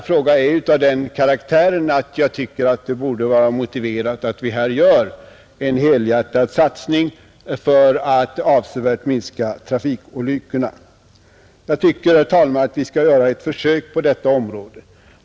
Frågan är av den karaktären att det borde vara motiverat att vi här gör en helhjärtad satsning för att avsevärt minska trafikolyckorna. Jag tycker, herr talman, att vi skall göra ett försök på detta område.